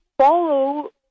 follow